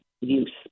use